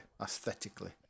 aesthetically